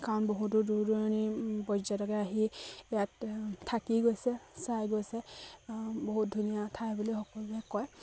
কাৰণ বহুতো দূৰ দূৰণিৰ পৰ্যটকে আহি ইয়াত থাকি গৈছে চাই গৈছে বহুত ধুনীয়া ঠাই বুলি সকলোৱে কয়